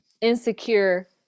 Insecure